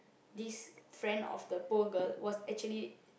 this friend of the poor girl was actually